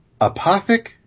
Apothic